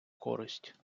користь